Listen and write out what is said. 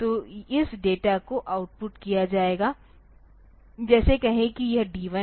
तो इस डेटा को आउटपुट किया जाएगा जैसे कहे कि यह D1 है